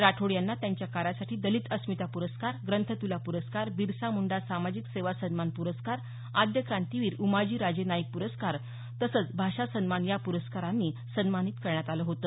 राठोड यांना त्यांच्या कार्यासाठी दलित अस्मिता पुरस्कार ग्रंथतुला पुरस्कार बिरसा मुंडा सामाजिक सेवा सन्मान पुरस्कार आद्य क्रांतीवीर उमाजीराजे नाईक पुरस्कार तसंच भाषा सन्मान या पुरस्कारांनी सन्मानित करण्यात आलं होतं